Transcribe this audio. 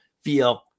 feel